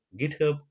github